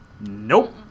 Nope